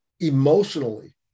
emotionally